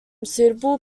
suitable